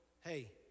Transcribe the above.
hey